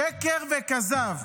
שקר וכזב.